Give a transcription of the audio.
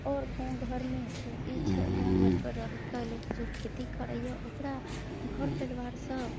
आओर गाँव घरमे तऽ ई छै गाँव घर पर रहि कऽ लोक जँ खेती करैया ओकरा घर परिवारसँ